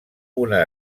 una